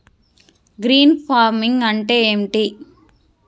Green farming అంటే ఏమిటి?